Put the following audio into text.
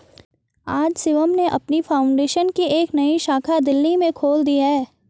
आज शिवम ने अपनी फाउंडेशन की एक नई शाखा दिल्ली में खोल दी है